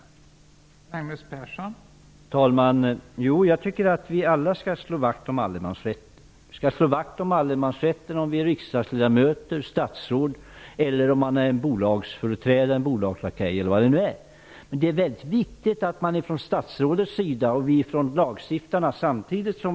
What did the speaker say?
Det är vad den handlar om.